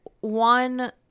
one